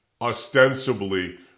Ostensibly